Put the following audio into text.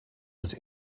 was